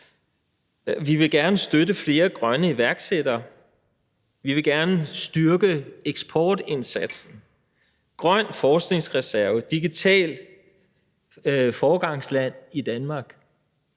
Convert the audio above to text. Vi vil gerne støtte flere grønne iværksættere. Vi vil gerne styrke eksportindsatsen. Vi vil have en grøn forskningsreserve, være et digitalt foregangsland i Danmark